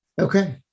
Okay